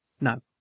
No